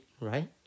Right